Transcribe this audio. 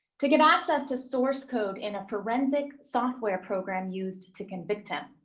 to get access to source code in a forensic software program used to convict him.